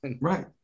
Right